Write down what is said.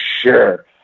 sure